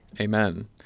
Amen